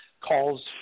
calls